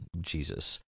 Jesus